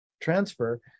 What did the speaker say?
transfer